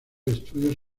estudios